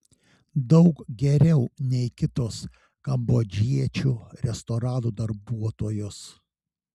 daug geriau nei kitos kambodžiečių restoranų darbuotojos